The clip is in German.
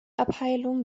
abheilung